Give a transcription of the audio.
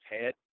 head